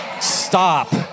stop